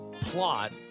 plot